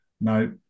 no